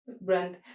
brand